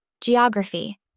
geography